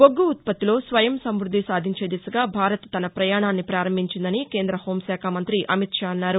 బొగ్గు ఉత్పత్తిలో స్వయం సమ్బద్ది సాధించే దిశగా భారత్ తన పయాణాన్ని పారంభించిందని కేంద్ర హోంశాఖ మంతి అమిత్ షా అన్నారు